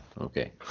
Okay